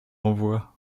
envoie